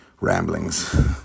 ramblings